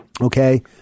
Okay